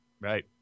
Right